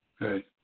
right